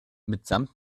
mitsamt